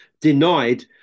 denied